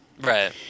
Right